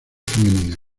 femenina